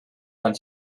van